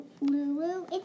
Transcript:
Lulu